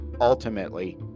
ultimately